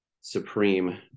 supreme